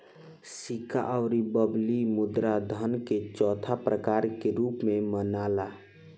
सिक्का अउर बबली मुद्रा धन के चौथा प्रकार के रूप में मनाला